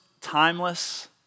timeless